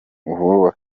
uhuru